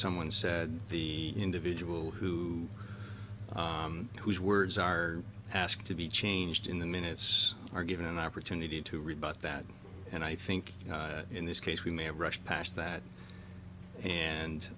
someone said the individual who whose words are asked to be changed in the minutes are given an opportunity to rebut that and i think in this case we may have rushed past that and